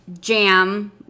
jam